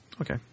Okay